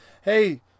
hey